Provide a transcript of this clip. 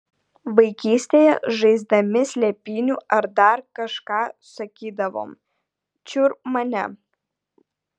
vaikystėje žaisdami slėpynių ar dar kažką sakydavom čiur mane